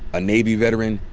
a navy veteran.